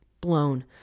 blown